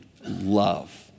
Love